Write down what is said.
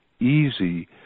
easy